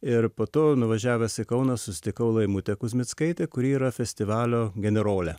ir po to nuvažiavęs į kauną susitikau laimutę kuzmickaitę kuri yra festivalio generolė